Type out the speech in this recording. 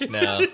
now